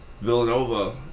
Villanova